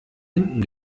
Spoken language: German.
hinten